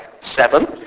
seven